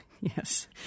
Yes